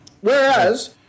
Whereas